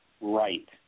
right